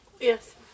Yes